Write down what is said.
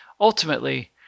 Ultimately